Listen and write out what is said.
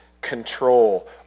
control